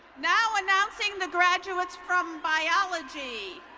now announcing the graduates from biology.